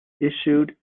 issued